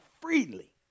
freely